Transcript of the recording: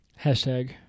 Hashtag